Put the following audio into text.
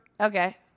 Okay